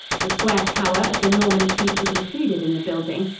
the square tower of the norman keep is included in the building.